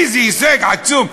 איזה הישג עצום.